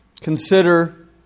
Consider